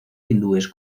hindúes